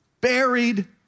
Buried